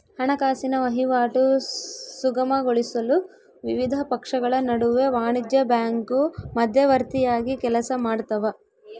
ಹಣಕಾಸಿನ ವಹಿವಾಟು ಸುಗಮಗೊಳಿಸಲು ವಿವಿಧ ಪಕ್ಷಗಳ ನಡುವೆ ವಾಣಿಜ್ಯ ಬ್ಯಾಂಕು ಮಧ್ಯವರ್ತಿಯಾಗಿ ಕೆಲಸಮಾಡ್ತವ